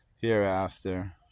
hereafter